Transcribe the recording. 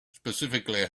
specifically